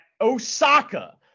Osaka